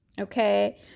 okay